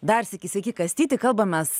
dar sykį sveiki kastyti kalbamės